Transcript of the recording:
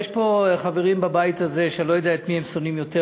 יש פה חברים בבית הזה שאני לא יודע את מי הם שונאים יותר,